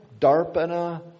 Darpana